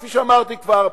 כפי שאמרתי כבר,